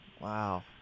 Wow